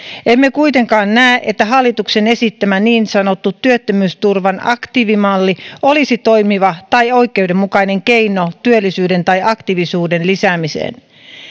emme kuitenkaan näe että hallituksen esittämä niin sanottu työttömyysturvan aktiivimalli olisi toimiva tai oikeudenmukainen keino työllisyyden tai aktiivisuuden lisäämiseen